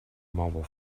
mobile